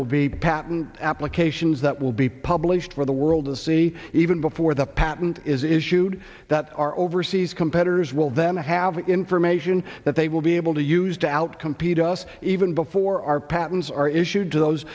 will be patent applications that will be published for the world to see even before the patent is issued that our overseas competitors will then have information that they will be able to use to outcompete us even before our patents are issued to those